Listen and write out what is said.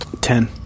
Ten